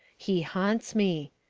he haunts me.